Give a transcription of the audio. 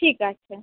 ঠিক আছে